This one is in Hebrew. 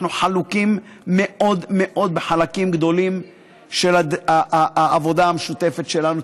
אנחנו חלוקים מאוד מאוד בחלקים גדולים של העבודה המשותפת שלנו,